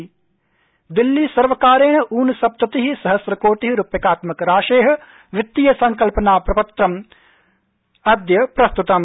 Delhi budget Delhi सर्वकारेण ऊनसप्तति सहस्रकोटि रूप्यकात्मक राशे वित्तीय संकल्पना प्रपत्रम् अद्य प्रस्तुतम्